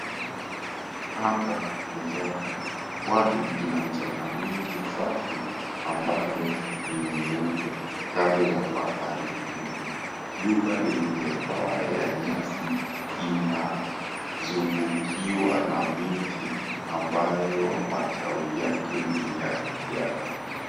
Anga ni safi, pwani ina mchanga mingi safi ambayo ni nyeupe kando ya bahari Hindi. Jumba lenye paa ya nyasi inazungukiwa na miti ambayo matawi yake ni ya kijani.